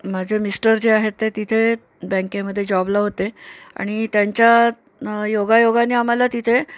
माझे मिस्टर जे आहेत ते तिथे बँकेमध्ये जॉबला होते आणि त्यांच्या योगायोगाने आम्हाला तिथे